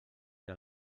que